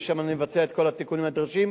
ושם נבצע את כל התיקונים הנדרשים,